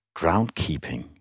groundkeeping